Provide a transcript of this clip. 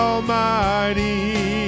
Almighty